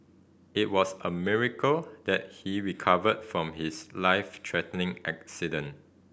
it was a miracle that he recovered from his life threatening accident